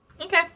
Okay